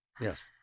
Yes